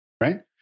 right